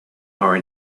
are